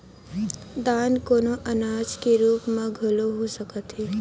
दान कोनो अनाज के रुप म घलो हो सकत हे